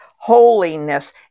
holiness